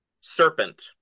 serpent